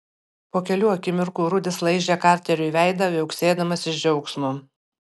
po kelių akimirkų rudis laižė karteriui veidą viauksėdamas iš džiaugsmo